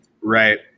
Right